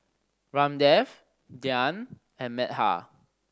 Ramdev Dhyan and Medha